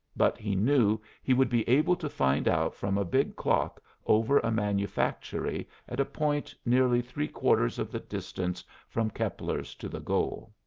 but he knew he would be able to find out from a big clock over a manufactory at a point nearly three-quarters of the distance from keppler's to the goal.